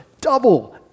double